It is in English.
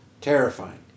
terrifying